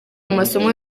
amasomo